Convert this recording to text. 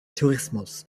tourismus